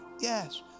Yes